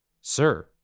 Sir